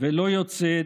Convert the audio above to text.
ובלא יוצאת,